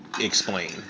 explain